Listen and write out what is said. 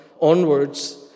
onwards